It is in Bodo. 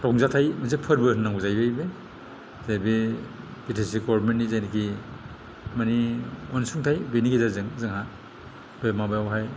रंजाथाय मोनसे फोरबो होननांगौ जाहैबाय बेबो जे बे बि टि सि गर्मेननि जायनाकि माने अनसुंथाय बेनि गेजेरजों जोंहा बे माबायावहाय